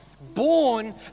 born